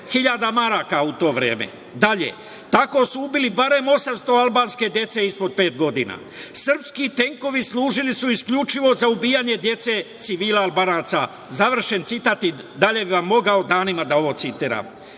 hiljada maraka u to vreme.“ Dalje: „Tako su ubili barem 800 albanske dece ispod pet godina. Srpski tenkovi služili su isključivo za ubijanje dece civila Albanaca“. Završen citat. Mogao bih danima da ovo citiram. Ovo